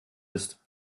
ist